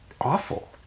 awful